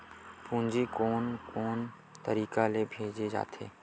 पूंजी कोन कोन तरीका ले भेजे जाथे?